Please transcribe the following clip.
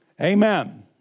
Amen